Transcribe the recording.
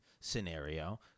scenario